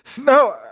No